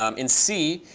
um in c,